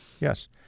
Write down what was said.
yes